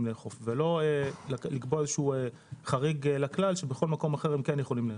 לאכוף ולא לקבוע חריג לכלל שבכל מקום אחר הם יכולים לאכוף.